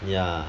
ya